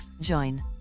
join